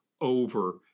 over